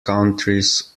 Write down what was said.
countries